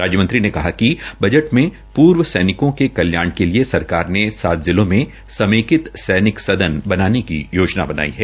राज्यमंत्री ने कहा कि बजट में पूर्व सैनिकों के कल्याण के लिए सरकार ने सात जिलों में समेकित सैनिक सदन बनाने की योजना बनाई है